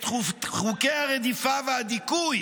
את חוקי הרדיפה והדיכוי